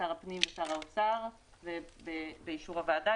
שר הפנים ושר האוצר ובאישור הוועדה,